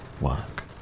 work